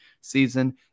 season